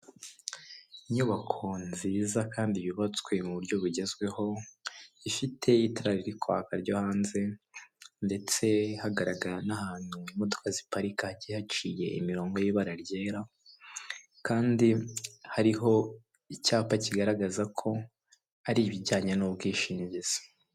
Inyubako nziza kandi yubatswe mu buryo bugezweho, ifite itara riri kwaka ryo hanze ndetse hagaragara n'ahantu imodoka ziparirika hagiye haciye imirongo y'ibara ryera kandi hariho icyapa kigaragaza ko ari ibijyanye n'ubwishingizi.